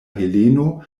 heleno